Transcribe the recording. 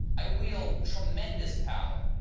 i wield tremendous power.